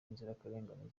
inzirakarengane